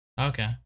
Okay